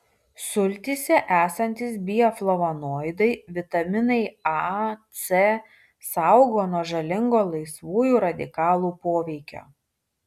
sultyse esantys bioflavonoidai vitaminai a c saugo nuo žalingo laisvųjų radikalų poveikio